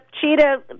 cheetah